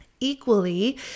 equally